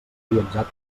viatjat